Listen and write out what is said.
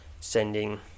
sending